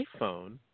iPhone